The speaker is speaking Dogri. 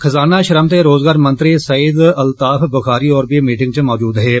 खजाना श्रम ते रोजगार मंत्री सईद अल्ताफ बुखारी होर बी मीटिंग च मौजूद हे